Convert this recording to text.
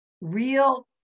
real